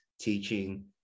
teaching